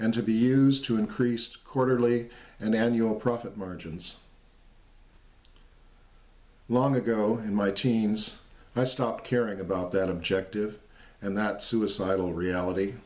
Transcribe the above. and to be used to increase quarterly and annual profit margins long ago in my teens i stopped caring about that objective and that suicidal reality